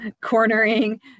cornering